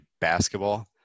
basketball